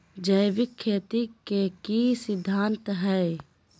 जैविक खेती के की सिद्धांत हैय?